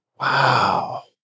Wow